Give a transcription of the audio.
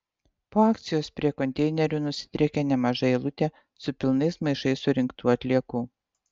po akcijos prie konteinerių nusidriekė nemaža eilutė su pilnais maišais surinktų atliekų